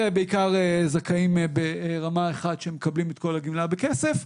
זה בעיקר זכאים ברמה 1 שמקבלים את כל הגמלה בכסף,